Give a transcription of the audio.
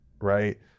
right